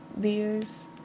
beers